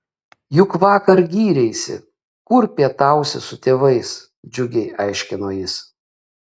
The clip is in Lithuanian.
juk vakar gyreisi kur pietausi su tėvais džiugiai aiškino jis